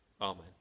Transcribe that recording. Amen